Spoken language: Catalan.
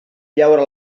llaura